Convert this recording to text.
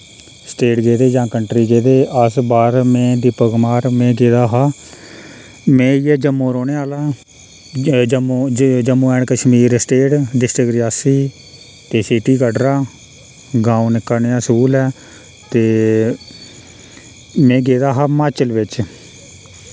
state गेदे जां country गेदे अस बाह्र मैं दीपक कुमार मैं गेदा हा मैं इयै जम्मू रौह्ने आह्ला Jammu Jammu and Kashmir state district Reasi ते सिटी कटरा गांव निक्का नेहा सूल ऐ ते में गेदा हा माचल बिच